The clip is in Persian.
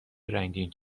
رنگین